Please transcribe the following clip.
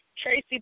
Tracy